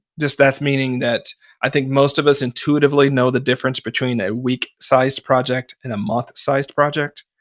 just that's meaning that i think most of us intuitively know the difference between a week-sized project and a month-sized project.